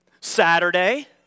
Saturday